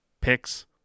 picks